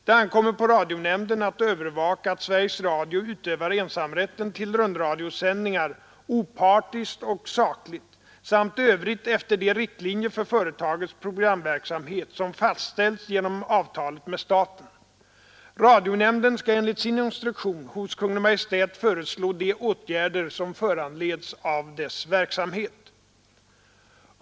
Det ankommer på radionämnden att övervaka att Sveriges Radio utövar ensamrätten till rundradiosändningar opartiskt och sakligt samt i övrigt efter de riktlinjer för företagets programverksamhet som fastställts genom avtalet med staten. Radionämnden skall enligt sin instruktion hos Kungl. Maj:t föreslå de åtgärder som föranleds av dess verksamhet.